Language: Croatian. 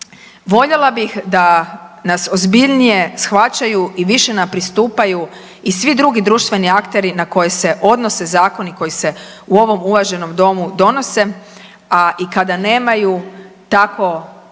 Voljela bih da nas ozbiljnije shvaćaju i više nam pristupaju i svi drugi društveni akteri na koje se odnose zakoni koji se u ovom uvaženom domu donose, a i kada nemaju tako